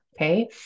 Okay